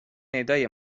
ندای